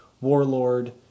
warlord